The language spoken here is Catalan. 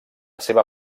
seva